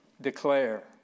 declare